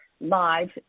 Live